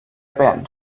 band